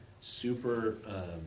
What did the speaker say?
super